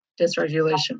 dysregulation